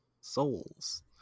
Souls